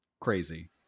crazy